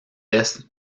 est